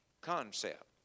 concept